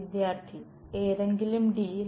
വിദ്യാർത്ഥി ഏതെങ്കിലും D യിൽ